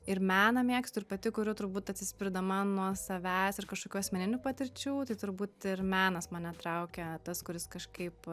ir meną mėgstu ir pati kuriu turbūt atsispirdama nuo savęs ir kažkokių asmeninių patirčių tai turbūt ir menas mane traukia tas kuris kažkaip